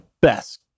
best